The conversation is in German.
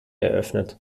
eröffnet